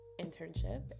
internship